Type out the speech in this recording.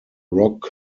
rock